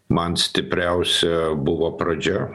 man stipriausia buvo pradžia